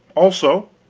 also,